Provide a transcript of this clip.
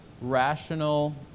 rational